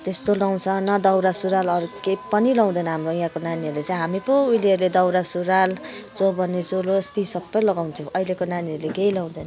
त्यस्तो लाउँछ न दौरा सुरुवालहरू के पनि लाउँदैन हाम्रो यहाँको नानीहरूले चाहिँ हामी पो उहिले उहिले दौरा सुरुवाल चौबन्दि चोलो ती सबै लगाउँथ्यौँ अहिलेको नानीहरूले केही लाउँदैन